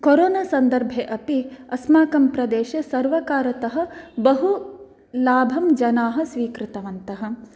corona सन्दर्भे अपि अस्माकं प्रदेशे सर्वकारतः बहु लाभं जनाः स्वीकृतवन्तः